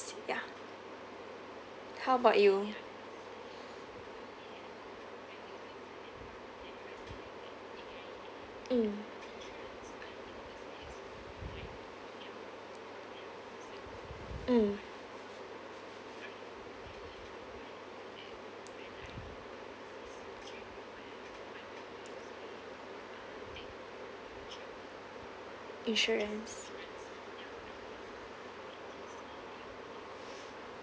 ya how about you mm mm insurance